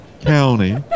County